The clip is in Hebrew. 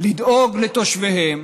אלא לדאוג לתושביהם,